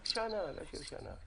שנה, להשאיר שנה.